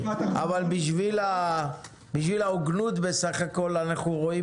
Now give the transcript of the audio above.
אבל בשביל ההוגנות בסך הכול אנחנו רואים